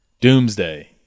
Doomsday